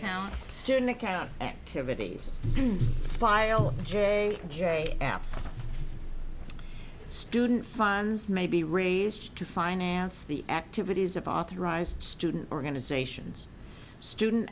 count student activities fire jay jay apt student funds may be raised to finance the activities of authorized student organizations student